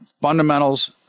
fundamentals